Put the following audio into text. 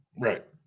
Right